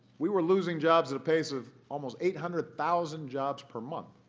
we were losing jobs at a pace of almost eight hundred thousand jobs per month